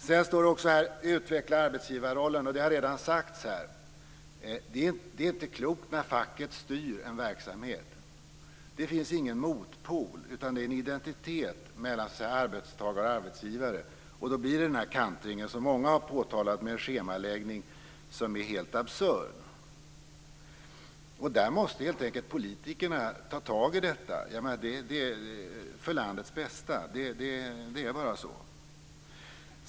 I mina papper står också: Utveckla arbetsgivarrollen. Det har redan sagts här att det inte är klokt när facket styr en verksamhet. Det finns ingen motpol, utan det är en identitet mellan arbetstagare och arbetsgivare. Då blir det den här kantringen som många har påtalat, med en schemaläggning som är helt absurd. Politikerna måste helt enkelt ta tag i detta för landets bästa. Det är bara så.